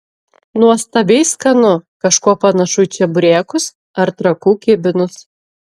nuostabiai skanu kažkuo panašu į čeburekus ar trakų kibinus